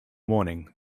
morning